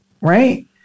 right